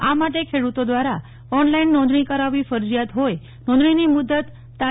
આ માટે ખેડૂતો દ્વારા ઓન લાઇન નોંધણી કરાવવી ફરજીયાત જ્રીય નોંધણીની મુદત તા